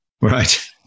Right